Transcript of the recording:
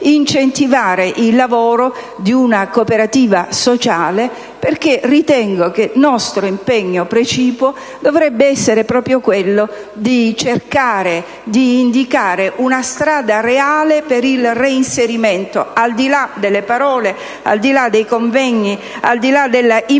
incentivare il lavoro di una cooperativa sociale, perché ritengo che il nostro impegno precipuo dovrebbe essere proprio quello di cercare di indicare una strada reale per il reinserimento, al di là delle parole, dei convegni e dell'impossibilità